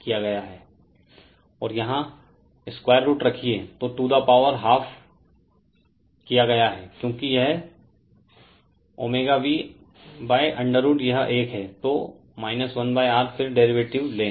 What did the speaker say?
Refer Slide Time 1408 और यहाँ square root रखिये तो टू दा पावर हाफ किया गया है क्योंकि यह ωV√यह एक है तो 1R फिर डेरीवेटिव लें